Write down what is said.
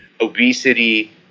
obesity